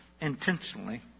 intentionally